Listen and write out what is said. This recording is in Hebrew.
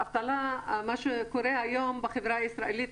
מה שקורה היום בחברה הישראלית,